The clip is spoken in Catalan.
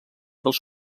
dels